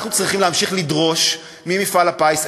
אנחנו צריכים להמשיך לדרוש ממפעל הפיס: